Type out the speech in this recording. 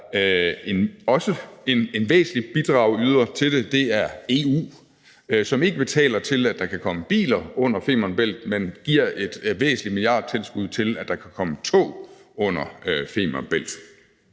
anden væsentlig bidragsyder til det, og det er EU, som ikke betaler til, at der kan komme biler under Femern Bælt, men som giver et væsentligt milliardtilskud til, at der kan komme tog under Femern Bælt.